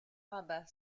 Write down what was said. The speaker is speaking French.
rabbin